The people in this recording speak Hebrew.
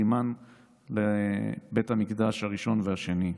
סימן לבית המקדש הראשון והשני.